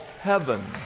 heaven